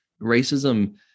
racism